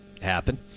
happen